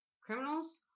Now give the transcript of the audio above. criminals